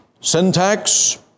syntax